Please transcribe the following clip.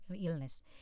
illness